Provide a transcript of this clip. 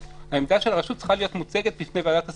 העמדה של הרשות צריכה להיות מוצגת בפני ועדת השרים,